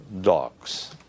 dogs